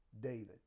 David